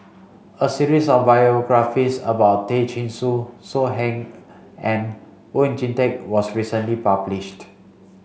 a series of biographies about Tay Chin Joo So Heng and Oon Jin Teik was recently published